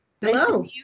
Hello